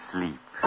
Sleep